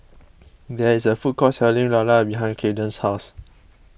there is a food court selling Lala behind Kamden's house